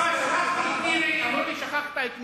אמרו לי: שכחת את מירי.